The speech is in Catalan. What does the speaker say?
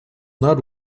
nord